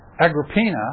Agrippina